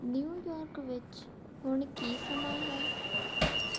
New York ਵਿੱਚ ਹੁਣ ਕੀ ਸਮਾਂ ਹੈ